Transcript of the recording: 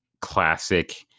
classic